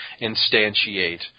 instantiate